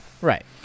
right